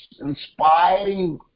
inspiring